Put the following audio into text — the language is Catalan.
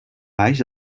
baix